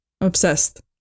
obsessed